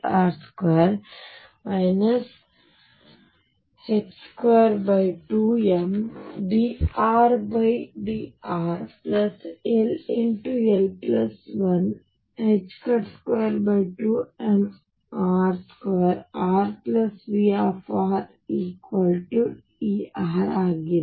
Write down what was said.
ಆದ್ದರಿಂದ ನಾನು ಹೊಂದಿರುವ ಸಮೀಕರಣವು 22md2Rdr2 22mrdRdrll122mr2RVrRER ಆಗಿದೆ